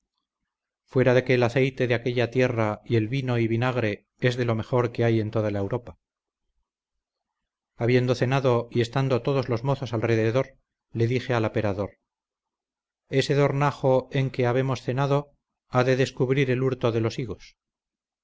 fuera de que el aceite de aquella tierra y el vino y vinagre es de lo mejor que hay en toda la europa habiendo cenado y estando todos los mozos alrededor le dije al aperador este dornajo en que habemos cenado ha de descubrir el hurto de los higos